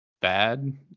bad